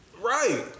Right